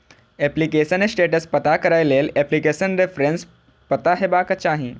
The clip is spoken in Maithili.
एप्लीकेशन स्टेटस पता करै लेल एप्लीकेशन रेफरेंस पता हेबाक चाही